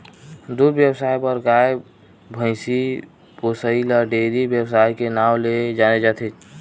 दूद बेवसाय बर गाय, भइसी पोसइ ल डेयरी बेवसाय के नांव ले जाने जाथे